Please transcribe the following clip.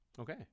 Okay